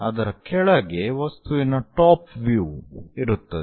ಅದರ ಕೆಳಗೆ ವಸ್ತುವಿನ ಟಾಪ್ ವ್ಯೂ ಇರುತ್ತದೆ